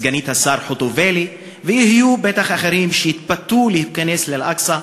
סגנית השר חוטובלי ובטח יהיו אחרים שיתפתו להיכנס לאל-אקצא,